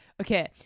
Okay